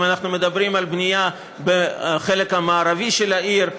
אם אנחנו מדברים על בנייה בחלק המערבי של העיר,